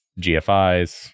GFI's